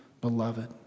beloved